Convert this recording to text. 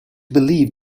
believed